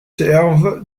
servent